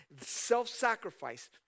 self-sacrifice